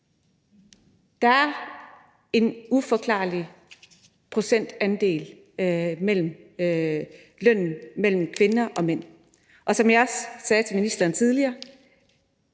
Der er en uforklarlig lønforskel mellem kvinder og mænd, og som jeg også sagde til ministeren tidligere,